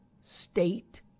state